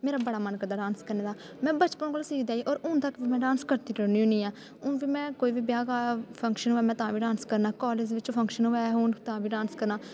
मेरा बड़ा मन करदा डांस करने दा में बचपन कोला सिखदी आई होर हून तक में डांस करदी रौह्न्नी होन्नी आं हून बी में कोई बी ब्याह् का फंक्शन होऐ में तां बी डांस करना कालेज़ च बी फंक्शन होऐ हून तां बी डांस करना